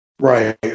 right